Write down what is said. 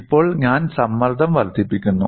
ഇപ്പോൾ ഞാൻ സമ്മർദ്ദം വർദ്ധിപ്പിക്കുന്നു